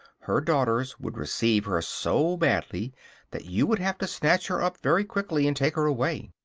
her daughters would receive her so badly that you would have to snatch her up very quickly, and take her away.